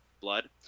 blood